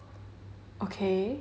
okay